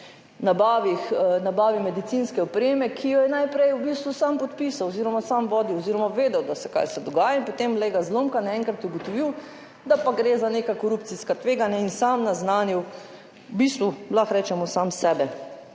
nabavi medicinske opreme, ki jo je najprej v bistvu sam podpisal oziroma sam vodil oziroma vedel, kaj se dogaja, in potem, glej ga zlomka, naenkrat ugotovil, da pa gre za neka korupcijska tveganja in sam naznanil, v bistvu lahko rečemo sam sebe,